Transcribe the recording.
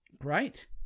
right